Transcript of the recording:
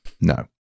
No